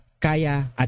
kaya